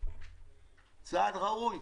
צעד ראוי.